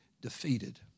defeated